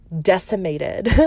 decimated